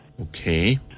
Okay